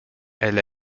elle